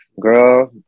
Girl